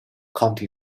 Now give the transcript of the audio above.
county